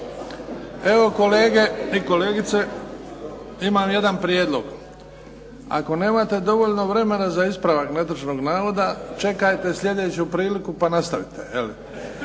Evo kolege i kolegice imam jedan prijedlog. Ako nemate dovoljno vremena za ispravak netočnog navoda čekajte sljedeću priliku pa nastavite,